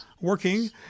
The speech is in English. working